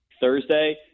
Thursday